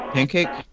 Pancake